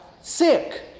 sick